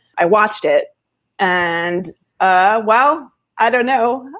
i watched it and ah well, i don't know,